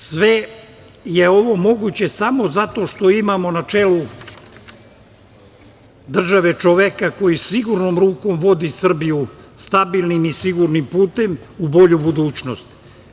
Sve je ovo moguće samo zato što imamo načelu države čoveka koji sigurnom rukom vodi Srbiju stabilnim i sigurnim putem u bolju budućnost.